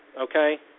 Okay